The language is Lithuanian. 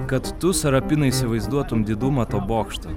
kad tu sarapinai įsivaizduotum didumą to bokšto